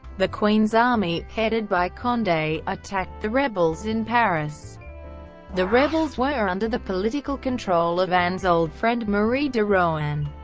the queen's army, headed by conde, attacked the rebels in paris the rebels were under the political control of anne's old friend marie de rohan.